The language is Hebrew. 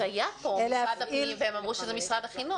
אז היה פה משרד הפנים והם אמרו שזה משרד החינוך.